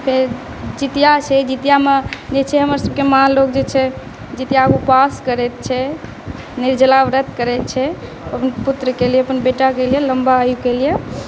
फेर जितिआ छै जितिआमे जे छै हमरसबके माँ लोक जे छै जितिआके उपास करैत छै निर्जला व्रत करै छै अपन पुत्रके लेल अपन बेटाके लेल लम्बा आयुकेलिए